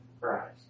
Christ